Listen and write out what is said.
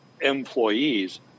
employees